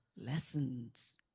lessons